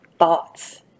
thoughts